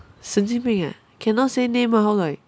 神经病 ah cannot say name ah